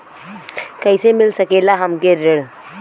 कइसे मिल सकेला हमके ऋण?